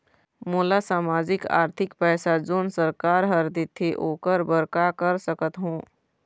मोला सामाजिक आरथिक पैसा जोन सरकार हर देथे ओकर बर का कर सकत हो?